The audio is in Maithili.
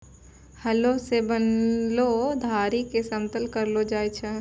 हलो सें बनलो धारी क समतल करलो जाय छै?